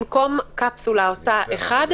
במקום קפסולה או תא אחד,